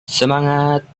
semangat